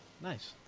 Nice